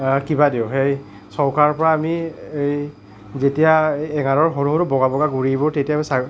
কিবা দিওঁ সেই চৌকাৰ পৰা আমি এই যেতিয়া এ এঙাৰৰ সৰু সৰু বগা বগা গুৰিবোৰ তেতিয়া